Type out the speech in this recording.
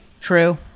True